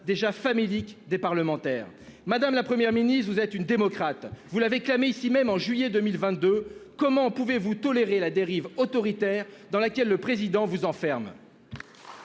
déjà famélique des parlementaires madame, la Première ministre, vous êtes une démocrate, vous l'avez clamé ici même en juillet 2022. Comment pouvez-vous tolérer la dérive autoritaire dans laquelle le président vous enferme.